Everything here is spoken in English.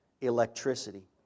electricity